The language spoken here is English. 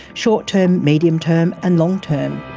short term, medium term and long term.